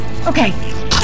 Okay